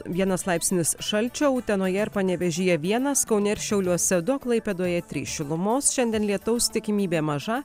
vienas laipsnis šalčio utenoje ir panevėžyje vienas kaune ir šiauliuose du klaipėdoje trys šilumos šiandien lietaus tikimybė maža